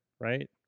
right